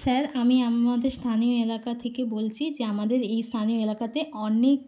sir আমি আমাদের স্থানীয় এলাকা থেকে বলছি যে আমাদের এই স্থানীয় এলাকাতে অনেক